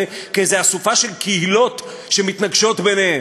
כאיזה אסופה של קהילות שמתנגשות ביניהן.